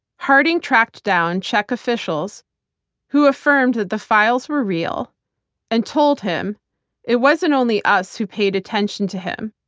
harding tracked down czech officials who affirmed that the files were real and told him it wasn't only us who paid attention to him.